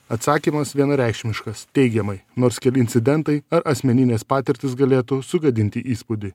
atsakymas vienareikšmiškas teigiamai nors keli incidentai ar asmeninės patirtys galėtų sugadinti įspūdį